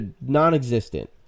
non-existent